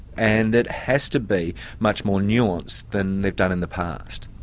and it has to be much more nuanced than they've done in the past.